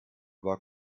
war